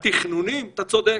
התכנונים, אתה צודק.